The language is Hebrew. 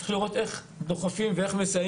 צריך לראות איך דוחפים ומסייעים.